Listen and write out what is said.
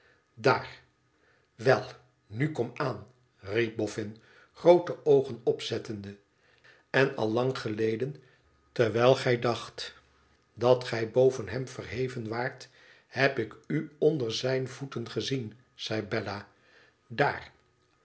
daar wel nu kom aan riep boffin groote oogen opzettende en al lang geleden terwijl gij dacht dat gij boven hem verheven waart heb ik u onder zijn voet gezien zei bella daar